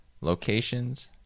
Locations